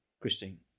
Christine